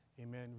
Amen